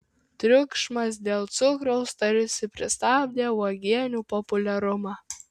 triukšmas dėl cukraus tarsi pristabdė uogienių populiarumą